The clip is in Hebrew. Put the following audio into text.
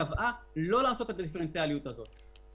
קבעה לא לעשות את הדיפרנציאליות הזאת.